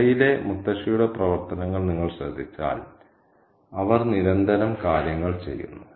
കഥയിലെ മുത്തശ്ശിയുടെ പ്രവർത്തനങ്ങൾ നിങ്ങൾ ശ്രദ്ധിച്ചാൽ അവർ നിരന്തരം കാര്യങ്ങൾ ചെയ്യുന്നു